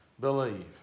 believe